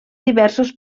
diversos